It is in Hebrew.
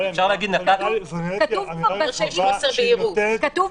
שיש חוסר בהירות.